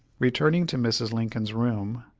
returning to mrs. lincoln's room,